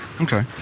Okay